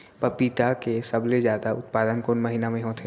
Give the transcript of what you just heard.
पपीता के सबले जादा उत्पादन कोन महीना में होथे?